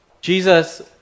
Jesus